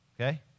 Okay